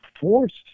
forced